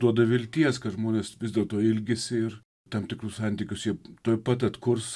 duoda vilties kad žmonės vis dėlto ilgisi ir tam tikrus santykius jie tuoj pat atkurs